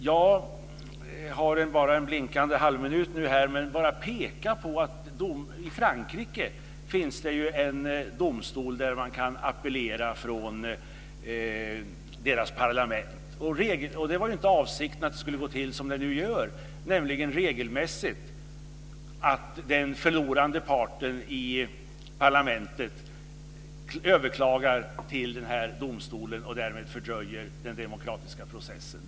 Jag vill bara peka på att det i Frankrike finns en domstol som parlamentet kan appellera till. Avsikten var inte att det regelmässigt skulle gå till som det nu gör, nämligen att den förlorande parten i parlamentet överklagar till domstolen och därmed fördröjer den demokratiska processen.